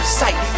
sight